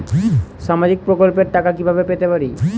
সামাজিক প্রকল্পের টাকা কিভাবে পেতে পারি?